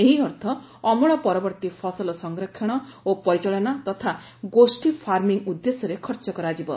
ଏହି ଅର୍ଥ ଅମଳ ପରବର୍ତ୍ତୀ ଫସଲ ସଂରକ୍ଷଣ ଓ ପରିଚାଳନା ତଥା ଗୋଷ୍ଠୀ ଫାର୍ମିଂ ଉଦ୍ଦେଶ୍ୟରେ ଖର୍ଚ୍ଚ କରାଯିବ